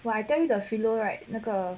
well I tell you the philo right 那个